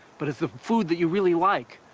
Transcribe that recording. but is the food that you really like,